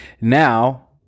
now